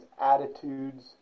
attitudes